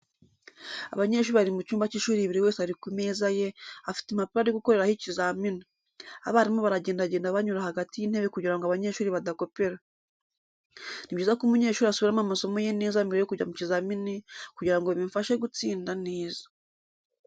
Abanyeshuri bari mu cyumba cy'ishuri buri wese ari ku meza ye afite impapuro ari gukoreraho ikizamini abarimu baragendagenda banyura hagati y'intebe kugira ngo abanyeshuri badakopera. Ni byiza ko umunyeshuri asubiramo amasomo ye neza mbere yo kujya mu kizamini kugira ngo bimufashe gutsinda neza.